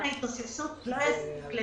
תקופת ההתאוששות לא תספיק.